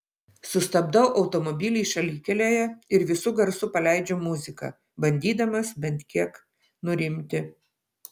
sustabdau automobilį šalikelėje ir visu garsu paleidžiu muziką bandydamas bent kiek nurimti